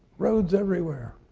roads everywhere.